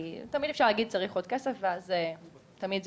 תמיד אפשר להגיד צריך עוד כסף ואז תמיד זה